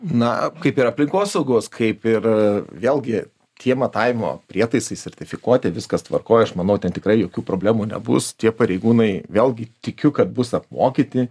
na kaip ir aplinkosaugos kaip ir vėlgi tie matavimo prietaisai sertifikuoti viskas tvarkoj aš manau ten tikrai jokių problemų nebus tie pareigūnai vėlgi tikiu kad bus apmokyti